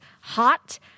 hot